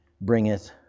bringeth